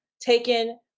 taken